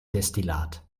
destillat